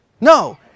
No